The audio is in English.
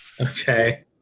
Okay